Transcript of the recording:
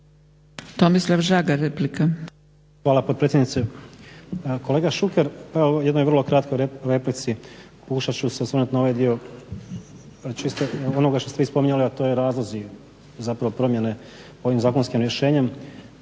Tomislav (SDP)** Hvala potpredsjednice. Kolega Šuker, u ovoj jednoj vrlo kratkoj replici pokušat ću se osvrnut na ovaj dio čisto na onoga što ste vi spominjali a to je razlozi zapravo promjene ovim zakonskim rješenjem.